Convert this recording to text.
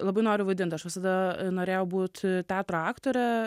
labai noriu vaidint aš visada norėjau būt teatro aktore